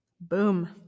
boom